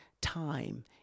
time